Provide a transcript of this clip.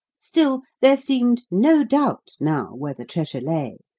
still, there seemed no doubt now where the treasure lay,